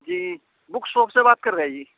جی book shop سے بات کر رہے ہیں جی